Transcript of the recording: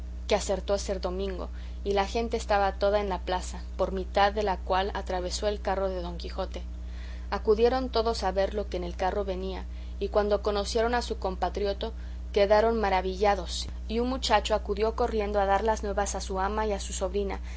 que acertó a ser domingo y la gente estaba toda en la plaza por mitad de la cual atravesó el carro de don quijote acudieron todos a ver lo que en el carro venía y cuando conocieron a su compatrioto quedaron maravillados y un muchacho acudió corriendo a dar las nuevas a su ama y a su sobrina